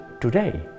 today